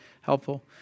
helpful